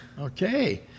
Okay